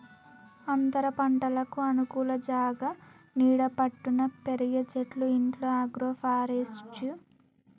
అంతరపంటలకు అనుకూల జాగా నీడ పట్టున పెరిగే చెట్లు ఇట్లా అగ్రోఫారెస్ట్య్ ద్వారా వేరే వేరే జాగల పెంచవచ్చు